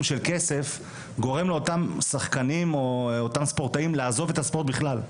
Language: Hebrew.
של כסף גורם לאותם שחקנים או אותם ספורטאים לעזוב את הספורט בכלל.